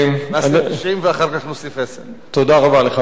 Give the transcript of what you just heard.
נעשה 90 ואחר כך נוסיף 10. תודה רבה לך,